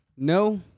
No